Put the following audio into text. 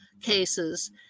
cases